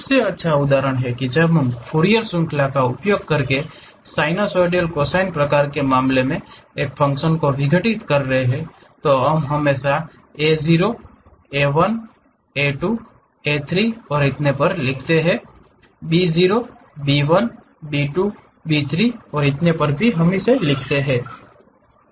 सबसे अच्छा उदाहरण है जब हम फूरियर श्रृंखला का उपयोग करके साइनसोइडल कोसाइन प्रकार के मामले में एक फ़ंक्शन को विघटित कर रहे हैं हम हमेशा a 0 a 1 a 2 a 3 और इतने पर लिखते हैं b 0 b 1 b 2 बी 3 और इतने पर चीजें